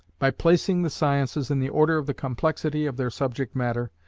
by placing the sciences in the order of the complexity of their subject matter,